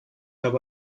habe